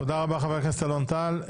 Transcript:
תודה רבה לחבר הכנסת אלון טל.